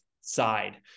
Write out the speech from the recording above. side